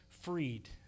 freed